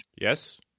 Yes